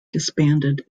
disbanded